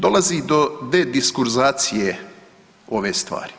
Dolazi do D diskurzacije ove stvari.